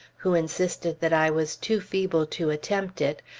who insisted that i was too feeble to attempt it,